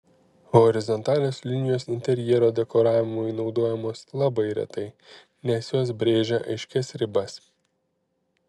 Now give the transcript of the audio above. horizontalios linijos interjero dekoravimui naudojamos labai retai nes jos brėžia aiškias ribas